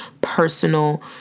personal